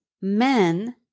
men